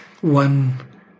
one